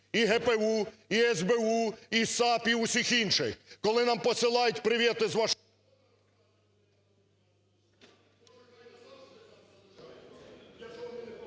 і ГПУ, і СБУ, і САП, і всіх інших. Коли нам посилають привет… ГОЛОВУЮЧИЙ.